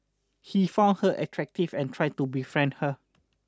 he found her attractive and tried to befriend her